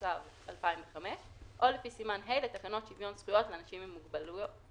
בהתאם להוראות שנקבעו לפי חוק שוויון זכויות לאנשים עם מוגבלות.